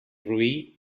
roí